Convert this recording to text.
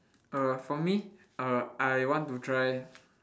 uh for me uh I want to try